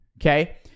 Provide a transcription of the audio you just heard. Okay